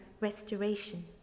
restoration